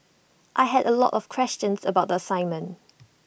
I had A lot of questions about the assignment